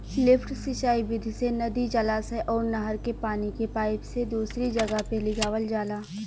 lift सिंचाई विधि से नदी, जलाशय अउर नहर के पानी के पाईप से दूसरी जगह पे लियावल जाला